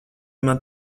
man